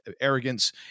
arrogance